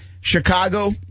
Chicago